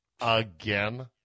again